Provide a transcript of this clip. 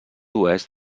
oest